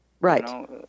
Right